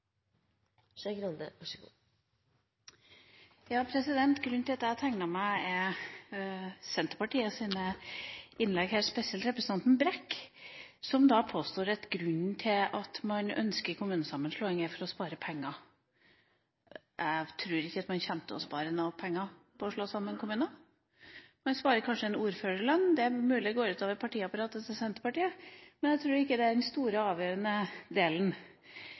Brekk. Han påstår at grunnen til at man ønsker kommunesammenslåing, er at man ønsker å spare penger. Jeg tror ikke man kommer til å spare noen penger på å slå sammen kommuner. Man sparer kanskje en ordførerlønn. Det er mulig det går ut over partiapparatet til Senterpartiet, men jeg tror ikke det er den store, avgjørende delen.